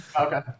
Okay